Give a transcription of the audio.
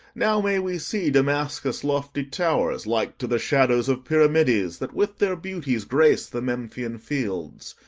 now may we see damascus' lofty towers, like to the shadows of pyramides that with their beauties grace the memphian fields.